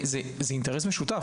זה אינטרס משותף,